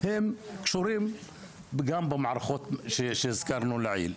הם קשורים גם במערכות שהזכרנו לעיל.